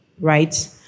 right